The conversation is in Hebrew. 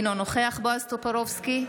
אינו נוכח בועז טופורובסקי,